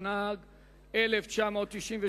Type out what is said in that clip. התשנ"ג 1993,